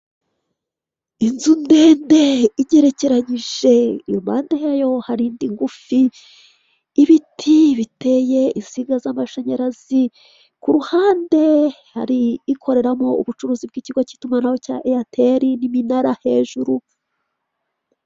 inzu ndende igerekeranyije, impande yayo hari indi ngufi, ibiti biteye, insinga z'amashanyarazi, ku ruhande hari ikoreramo ubucuruzi bw'ikigo cy'itumanaho cya Eyateri n'iminara hejuru.